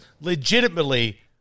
legitimately